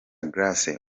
grace